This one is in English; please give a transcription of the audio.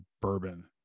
bourbon